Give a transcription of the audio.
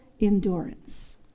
endurance